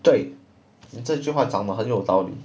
对你这句话长得很有道理